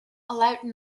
allowed